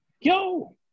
Yo